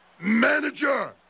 manager